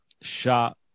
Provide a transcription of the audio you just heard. shot